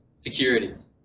securities